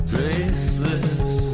Graceless